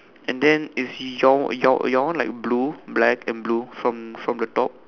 and then is your your your one like blue black and blue from from the top